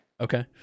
Okay